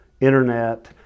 internet